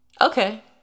okay